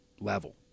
level